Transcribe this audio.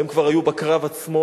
הם כבר היו בקרב עצמו.